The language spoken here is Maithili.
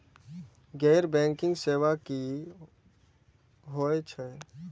गैर बैंकिंग सेवा की होय छेय?